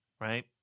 right